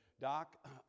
Doc